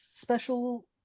special